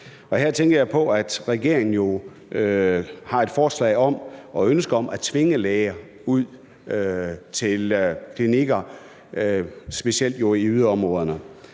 Her tænker jeg jo på, at regeringen har et forslag om og et ønske om at tvinge læger ud til klinikker, specielt i yderområderne,